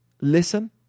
listen